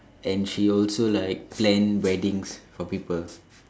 and she also like plan weddings for people